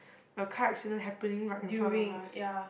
a car accident happening right in front of us